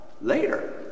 Later